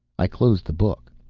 i closed the book.